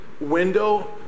window